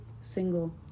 single